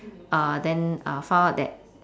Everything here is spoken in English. uh then uh found out that